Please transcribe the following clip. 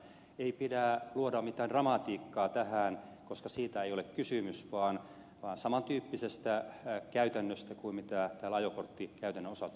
ei pidä luoda mitään dramatiikkaa tähän koska siitä ei ole kysymys vaan on kyse saman tyyppisestä käytännöstä kuin ajokorttikäytännön osalta